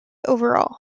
overall